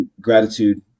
gratitude